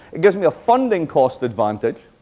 it gives me a funding cost advantage,